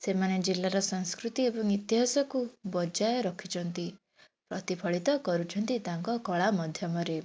ସେମାନେ ଜିଲ୍ଲାର ସଂସ୍କୃତି ଏବଂ ଇତିହାସକୁ ବଜାୟ ରଖିଛନ୍ତି ପ୍ରତିଫଳିତ କରୁଛନ୍ତି ତାଙ୍କ କଳା ମଧ୍ୟମରେ